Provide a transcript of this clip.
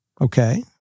Okay